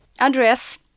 Andreas